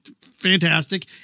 Fantastic